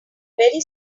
very